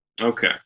Okay